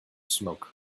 smoke